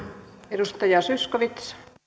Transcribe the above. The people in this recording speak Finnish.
arvoisa